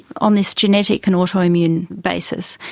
on this genetic and autoimmune basis,